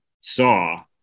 saw